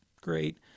great